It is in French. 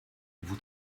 vous